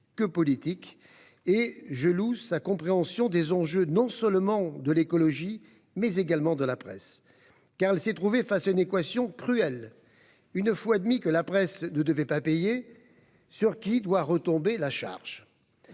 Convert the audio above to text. que politique, et je loue sa compréhension des enjeux relatifs non seulement à l'écologie, mais également à la presse. En effet, elle s'est trouvée face à une équation cruelle : une fois admis que la presse ne devait pas payer, sur qui doit retomber la charge ?